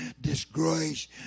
disgrace